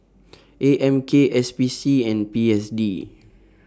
A M K S P C and P S D